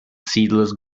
seedless